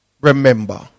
remember